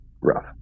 rough